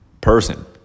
person